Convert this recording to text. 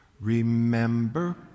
Remember